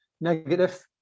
negative